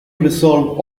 resolve